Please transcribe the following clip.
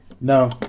No